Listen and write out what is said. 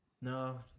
No